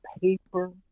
paper